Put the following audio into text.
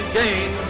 gain